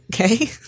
Okay